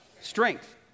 Strength